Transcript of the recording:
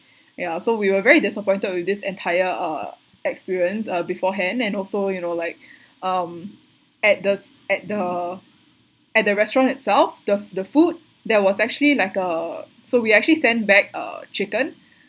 ya so we were very disappointed with this entire uh experience uh beforehand and also you know like um at the at the at the restaurant itself the the food there was actually like err so we actually sent back uh chicken